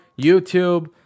youtube